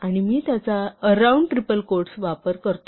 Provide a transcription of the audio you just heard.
आणि मी त्याच्या अराउंड ट्रिपल क्वोट्सचा वापर करतो